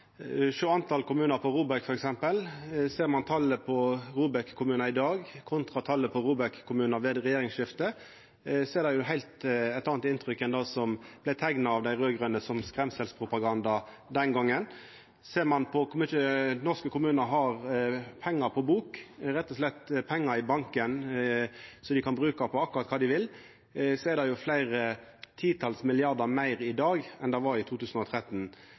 sjå talet på kommunar på ROBEK. Ser ein talet på ROBEK-kommunar i dag kontra talet på ROBEK-kommunar ved regjeringsskiftet, gir det eit heilt anna inntrykk enn det som den gongen vart teikna som skremselspropaganda av dei raud-grøne. Ser ein på kor mykje pengar norske kommunar har på bok, rett og slett pengar i banken som dei kan bruka til akkurat det dei vil, er det fleire titals milliardar meir i dag enn det var i 2013.